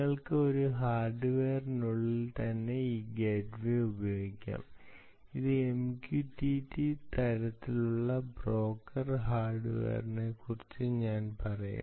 നിങ്ങൾക്ക് ഈ ഹാർഡ്വെയറിനുള്ളിൽ തന്നെ ഈ ഗേറ്റ്വേ ഉപയോഗിക്കാം ഇത് ഒരു MQTT തരത്തിലുള്ള ബ്രോക്കർ ഹാർഡ്വെയറിനെക്കുറിച്ച് ഞാൻ പറയും